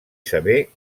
saber